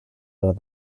are